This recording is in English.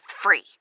free